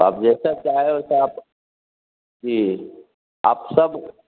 अब जैसा क्या है उस आप जी आप सब